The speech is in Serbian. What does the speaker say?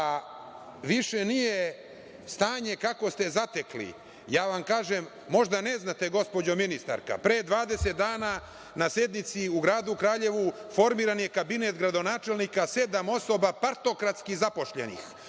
više nije kako ste zatekli, kažem vam, možda ne znate gospođo ministarka, pre 20 dana na sednici u gradu Kraljevu formiran je kabinet gradonačelnika sedam osoba partokratski zaposlenih.